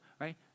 right